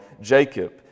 Jacob